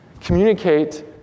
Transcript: communicate